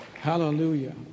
Hallelujah